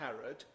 Herod